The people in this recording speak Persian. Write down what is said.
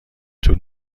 طول